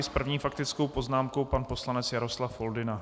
S první faktickou poznámkou pan poslanec Jaroslav Foldyna.